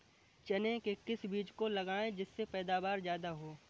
चने के किस बीज को लगाएँ जिससे पैदावार ज्यादा हो?